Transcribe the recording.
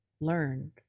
learned